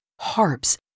harps